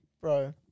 Bro